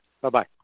Bye-bye